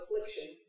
affliction